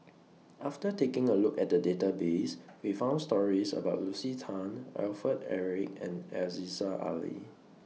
after taking A Look At The Database We found stories about Lucy Tan Alfred Eric and Aziza Ali